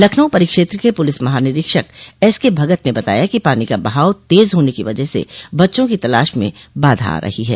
लखनऊ परिक्षेत्र के पुलिस महानिरीक्षक एस के भगत ने बताया कि पानी का बहाव तेज होने की वजह से बच्चों की तलाश में बाधा आ रही है